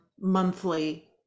monthly